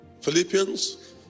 Philippians